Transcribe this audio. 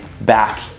back